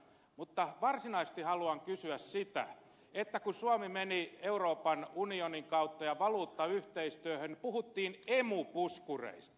mutta varsinaisesti haluan kysyä siitä että kun suomi meni euroopan unionin kautta valuuttayhteistyöhön puhuttiin emu puskureista